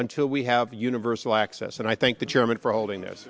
until we have universal access and i thank the chairman for holding this